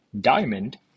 Diamond